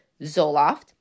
Zoloft